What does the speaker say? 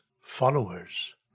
followers